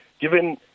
given